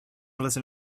listen